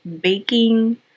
baking